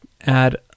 add